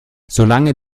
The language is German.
solange